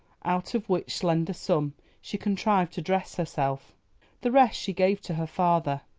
out of which slender sum she contrived to dress herself the rest she gave to her father.